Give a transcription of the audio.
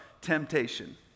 temptation